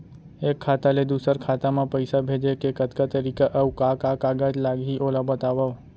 एक खाता ले दूसर खाता मा पइसा भेजे के कतका तरीका अऊ का का कागज लागही ओला बतावव?